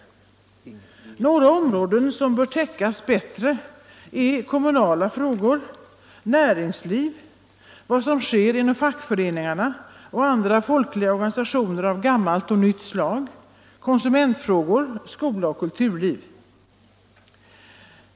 200 Några områden som bör täckas bättre är kommunala frågor, näringsliv, vad som sker inom fackföreningarna och andra folkliga organisationer av gammalt och nytt slag, konsumentfrågor, skola och kulturliv.